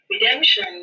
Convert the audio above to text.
Redemption